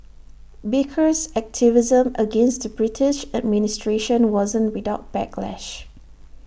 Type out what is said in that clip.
baker's activism against the British administration wasn't without backlash